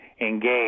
engage